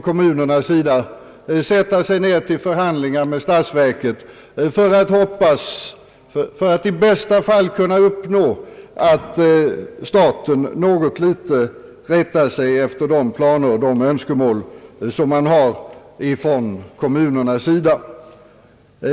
Kommunerna får snällt förhandla med statsverket för att i bästa fall kunna uppnå att staten något litet rättar sig efter de planer och önskemål som man har på kommunernas sida.